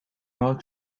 marc